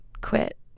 quit